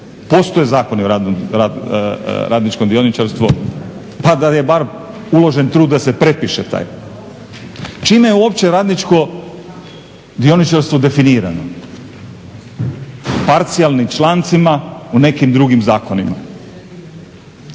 Postoje Zakoni o radničkom dioničarstvu, pa da je bar uložen trud da se prepiše taj. Čime je uopće radničko dioničarstvo definirano? Parcijalnim člancima u nekim drugim zakonima.